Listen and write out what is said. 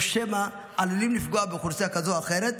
שמא הם עלולים לפגוע באוכלוסייה כזאת או אחרת?